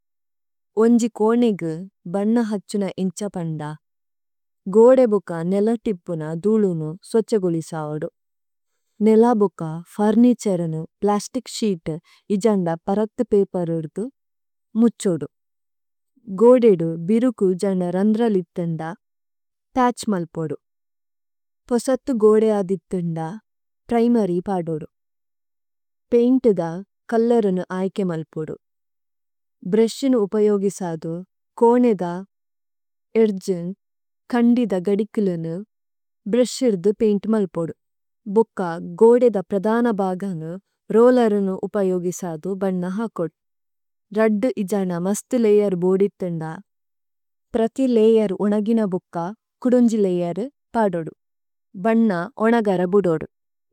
ഓന്ജി കോനിഗു ബന്ന ഹഛുന ഇന്ഛപന്ദ, ഗോദേബുക നേല തിപുന ധുലുനു സ്വഛഗുലിസാവുദു। നേലബുക ഫുര്നിതുരേനു പ്ലസ്തിക് ശീതു ഇജന്ദ പരഥു പേഇപരു ഏദു, മുഛോദു। ഗോദേദു ബിരുകു ഇജന്ദ രന്രലിഥു ന്ദ, പത്ഛ് മല്പോദു। പോസഥു ഗോദേ അദിഥു ന്ദ, പ്രിമരി പദോദു। പൈന്തു ദ കല്ലരുനു ഐകേ മല്പോദു। ഭ്രേശിനു ഉപയോഗിസാദു കോനേദ, ഏര്ജു, കന്ദിദ ഗദികുലുനു, ബ്രേശിര്ദു പൈന്ത് മല്പോദു। ഭുക്ക ഗോദേദ പ്രദന ബഗനു, രോലരുനു ഉപയോഗിസാദു ബന്ന ഹകോദു। രദ്ദു ഇജന്ദ മസ്തു ലയരു ബോദി ഥന്ദ, പ്രഥി ലയരു ഓനഗിന ബുക്ക കുദോന്ജി ലയരു പദോദു। ഭന്ന ഓനഗര ബുദോദു।